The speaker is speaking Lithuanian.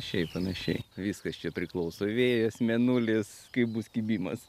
šiaip panašiai viskas čia priklauso vėjas mėnulis kaip bus kibimas